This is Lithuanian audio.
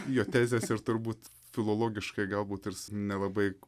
jo tezės ir turbūt filologiškai galbūt ir nelabai